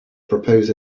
propose